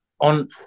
on